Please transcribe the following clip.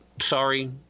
sorry